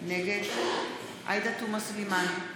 נגד עאידה תומא סלימאן,